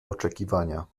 oczekiwania